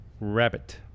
rabbit